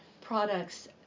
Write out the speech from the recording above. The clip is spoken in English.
products